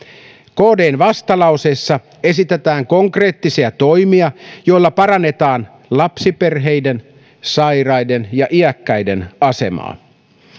kdn vastalauseessa esitetään konkreettisia toimia joilla parannetaan lapsiperheiden sairaiden ja iäkkäiden asemaa